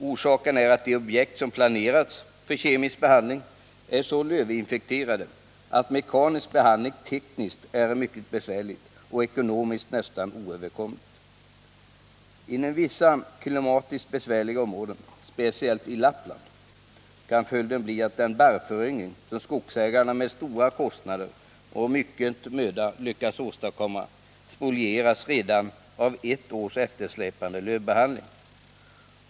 Orsaken är att de objekt som planerats för kemisk behandling är så lövinfekterade att mekanisk behandling är tekniskt mycket besvärlig och ekonomiskt närmast oöverkomlig. Inom vissa klimatiskt besvärliga områden, speciellt i Lappland, kan följden bli att den barrföryngring som skogsägarna med stora kostnader och mycken möda lyckats åstadkomma spolieras redan av ett års eftersläpande lövbehandling.